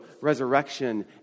resurrection